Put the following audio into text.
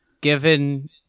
given